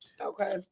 Okay